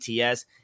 ATS